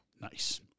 Nice